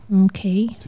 Okay